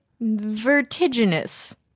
vertiginous